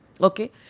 Okay